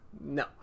No